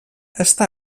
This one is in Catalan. està